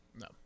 No